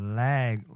lag